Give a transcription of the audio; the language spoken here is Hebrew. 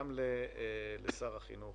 גם לשר החינוך